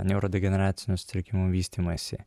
neurodegeneracinių sutrikimų vystymąsi